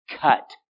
cut